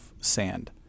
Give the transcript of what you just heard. sand